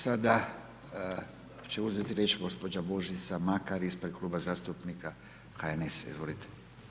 Sada će uzeti riječ gđa. Božica Makar ispred kluba zastupnika HNS-a, izvolite.